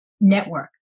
network